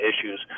issues